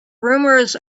rumors